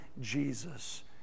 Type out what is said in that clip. Jesus